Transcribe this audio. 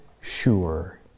sure